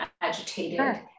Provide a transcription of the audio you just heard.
agitated